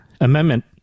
Amendment